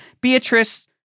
Beatrice